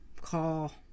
call